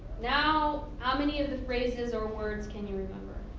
now how many of the phrases or words can you remember.